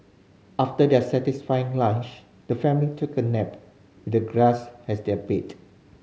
after their satisfying lunch the family took a nap the grass as their bed